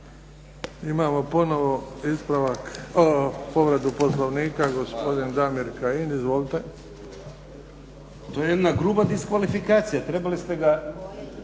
Imamo ponovo ispravak, povredu Poslovnika. Gospodin Damir Kajin, izvolite. **Kajin, Damir (IDS)** To je jedna gruba diskvalifikacija. Trebali ste ga